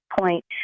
point